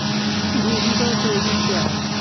Debit और credit क्या है?